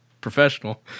professional